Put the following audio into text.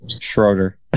Schroeder